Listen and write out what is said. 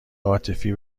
عاطفی